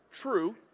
True